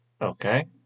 Okay